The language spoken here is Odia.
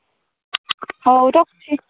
ହଉ ରଖୁଛି